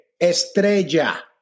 Estrella